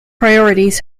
priorities